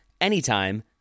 anytime